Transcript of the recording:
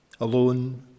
alone